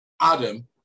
Adam